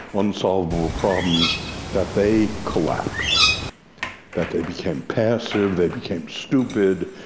unsolvable problems that they collapsed that they became passive, they became stupid,